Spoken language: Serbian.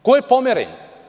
Ko je pomeren?